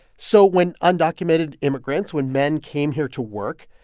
so when undocumented immigrants when men came here to work,